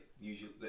usually